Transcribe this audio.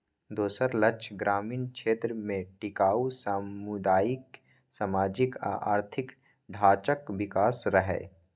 दोसर लक्ष्य ग्रामीण क्षेत्र मे टिकाउ सामुदायिक, सामाजिक आ आर्थिक ढांचाक विकास रहै